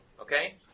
Okay